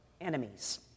enemies